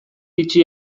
itxi